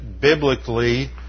biblically